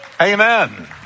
Amen